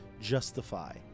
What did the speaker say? justify